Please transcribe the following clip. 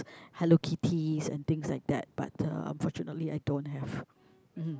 Hello-Kittys and things like that but uh unfortunately I don't have mmhmm